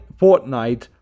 Fortnite